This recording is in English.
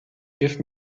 give